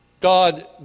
God